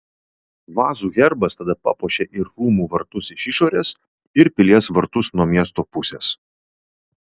vazų herbas tada papuošė ir rūmų vartus iš išorės ir pilies vartus nuo miesto pusės